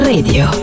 Radio